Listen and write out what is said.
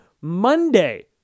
Monday